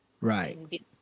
Right